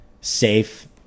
safe